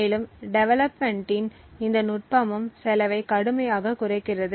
மேலும் டெவெலப்மென்ட்டின் இந்த நுட்பமும் செலவைக் கடுமையாகக் குறைக்கிறது